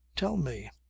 tell me,